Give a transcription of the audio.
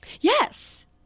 Yes